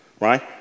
right